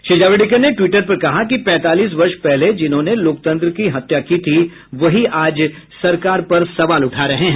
श्री जावड़ेकर ने ट्वीटर पर कहा कि पैंतालीस वर्ष पहले जिन्होंने लोकतंत्र की हत्या की थी वही आज सरकार पर सवाल उठा रहे हैं